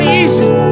easy